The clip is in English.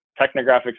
technographics